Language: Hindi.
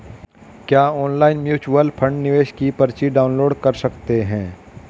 क्या ऑनलाइन म्यूच्यूअल फंड निवेश की पर्ची डाउनलोड कर सकते हैं?